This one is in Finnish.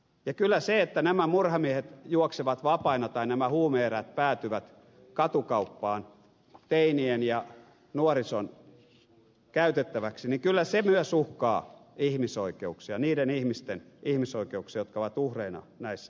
ja kyllä se että nämä murhamiehet juoksevat vapaina tai nämä huume erät päätyvät katukauppaan teinien ja nuorison käytettäväksi myös uhkaa ihmisoikeuksia niiden ihmisten ihmisoikeuksia jotka ovat uhreina näissä teoissa